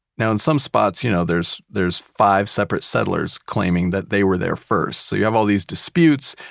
now in some spots, you know, there's there's five separate settlers claiming that they were there first. so you have all these disputes.